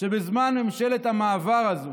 שבזמן ממשלת המעבר הזאת,